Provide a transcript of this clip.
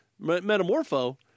Metamorpho